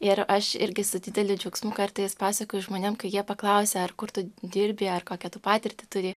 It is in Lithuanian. ir aš irgi su dideliu džiaugsmu kartais pasakoju žmonėm kai jie paklausia ar kur tu dirbi ar kokią tu patirtį turi